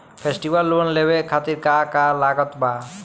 Festival loan लेवे खातिर का का लागत बा?